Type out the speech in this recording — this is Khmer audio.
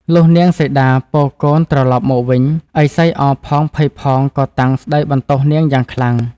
លុះនាងសីតាពរកូនត្រឡប់មកវិញ ឥសីអរផង ភ័យផងក៏តាំងស្តីបន្ទោសនាងយ៉ាងខ្លាំង។